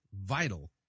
vital